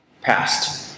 past